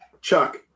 chuck